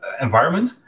environment